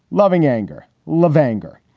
loving, anger, love, anger.